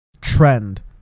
trend